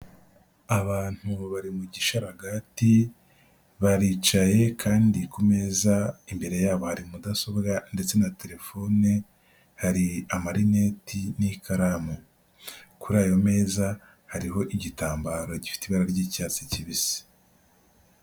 Abantu bari mu gisharagati, baricaye kandi ku meza, imbere yabo hari mudasobwa ndetse na terefone, hari amarineti n'ikaramu. Kuri ayo meza hariho igitambaro gifite ibara ry'icyatsi kibisi.